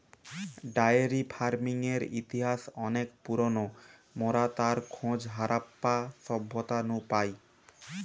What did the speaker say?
diary ফার্মিংয়ের ইতিহাস অনেক পুরোনো, মোরা তার খোঁজ হারাপ্পা সভ্যতা নু পাই